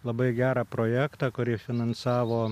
labai gerą projektą kurį finansavo